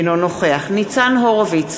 אינו נוכח ניצן הורוביץ,